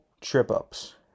trip-ups